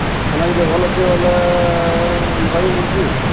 ଖାନା ଯଦି ଭଲ୍ ଅଛେ ବଏଲେ ମଗାବି ବୁଲୁଛେ